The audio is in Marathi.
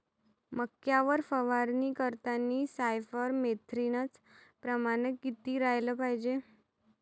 मक्यावर फवारनी करतांनी सायफर मेथ्रीनचं प्रमान किती रायलं पायजे?